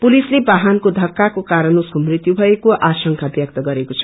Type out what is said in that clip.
पुलिसले बाहनको थक्काको कारण उसको मृत्यु भएको आशंका ब्यक्त गरेको छ